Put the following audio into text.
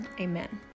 Amen